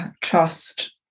trust